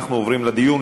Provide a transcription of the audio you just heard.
אנחנו עוברים לדיון.